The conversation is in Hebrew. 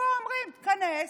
ופה אומרים: תיכנס,